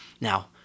Now